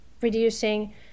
reducing